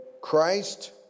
Christ